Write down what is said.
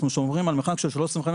אנחנו שומרים על מרחק של 3.25,